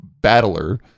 battler